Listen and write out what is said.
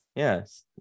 Yes